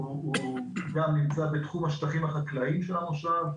שנמצא בתחום השטחים החקלאיים של המושב.